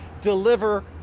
deliver